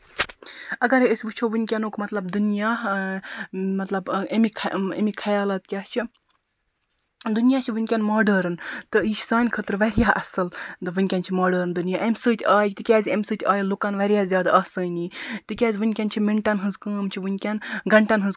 اَگرے أسۍ وٕچھو ؤنکٮ۪نُک مطلب دُنیا مطلب اَمِکۍ اَمِکۍ خیالات کیاہ چھِ دُنیا چھُ ؤنکٮ۪ن ماڈٲرٕن تہٕ یہِ چھُ سانہِ خٲطرٕ واریاہ اَصٕل تہٕ ؤنکٮ۪ن چھُ ماڈٲرٕن دُنیاہ کہِ اَمہِ سۭتۍ آیہِ تِکیازِ اَمہِ سۭتۍ آیہِ لُکن واریاہ زیادٕ آسٲنی تِکیازِ ؤنکٮ۪ن چھِ مِنٹَن ہنز کٲم چھِ ؤنکٮ۪ن گَنٹَن ہنز کٲم